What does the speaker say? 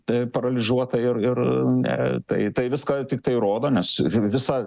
taip paralyžuota ir ir ne tai tai viską tiktai rodo nes visa